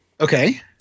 Okay